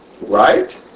Right